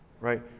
right